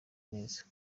neza